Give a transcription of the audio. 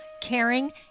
caring